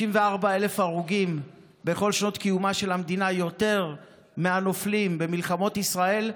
34,000 הרוגים בכל שנות קיומה של המדינה יותר מהנופלים במלחמות ישראל,